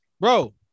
bro